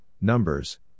numbers